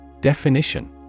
Definition